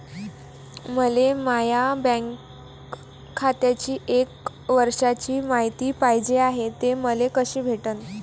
मले माया बँक खात्याची एक वर्षाची मायती पाहिजे हाय, ते मले कसी भेटनं?